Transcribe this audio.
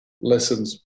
lessons